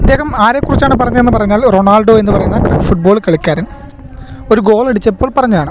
ഇദ്ദേഹം ആരെക്കുറിച്ചാണ് പറഞ്ഞേന്ന് പറഞ്ഞാൽ റൊണാൾഡോ എന്ന് പറയുന്ന ഫുട് ബോൾ കളിക്കാരൻ ഒരു ഗോൾ അടിച്ചപ്പോൾ പറഞ്ഞെയാണ്